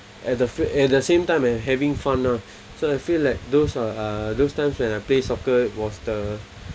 at the at the same time I'm having fun lah so I feel like those uh those times when I play soccer was the